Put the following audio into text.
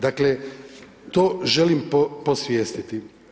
Dakle, to želim posvijestiti.